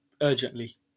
urgently